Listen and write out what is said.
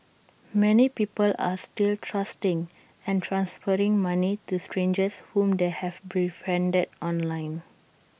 many people are still trusting and transferring money to strangers whom they have befriended online